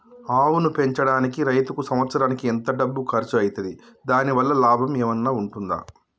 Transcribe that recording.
ఆవును పెంచడానికి రైతుకు సంవత్సరానికి ఎంత డబ్బు ఖర్చు అయితది? దాని వల్ల లాభం ఏమన్నా ఉంటుందా?